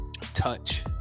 touch